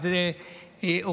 מה זאת אופוזיציה,